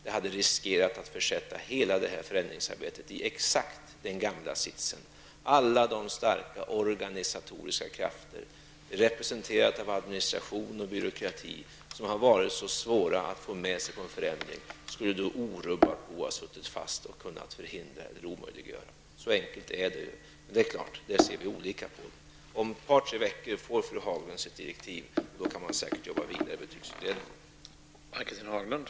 Den hade riskerat att försätta hela förändringsarbetet i exakt den gamla sitsen. Alla de starka organisatoriska krafterna, representerade av administration och byråkrati, som varit så svåra att få med sig på en förändring skulle då orubbade ha suttit fast och kunnat förhindra eller omöjliggöra den. Så enkelt är det. Men vi ser olika på detta. Om ett par tre veckor får fru Haglund se direktiven, och då kan man säkerligen jobba vidare i betygsberedningen.